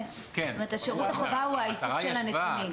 שירותה חובה הוא איתור הנתונים.